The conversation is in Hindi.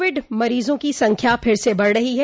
कोविड मरीजों की संख्या फिर से बढ रही है